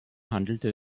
handelte